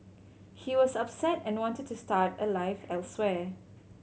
he was upset and wanted to start a life elsewhere